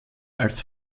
als